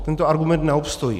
Tento argument neobstojí.